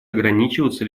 ограничиваться